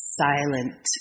silent